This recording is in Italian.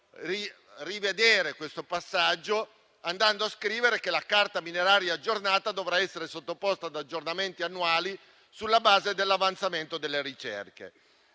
rivedere questo passaggio, scrivendo che la carta mineraria dovrà essere sottoposta ad aggiornamenti annuali sulla base dell'avanzamento delle ricerche.